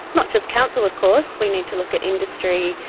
not just council of course, we need to look at industry,